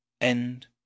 End